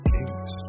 Kings